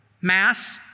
Mass